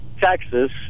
Texas